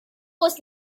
was